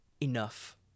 enough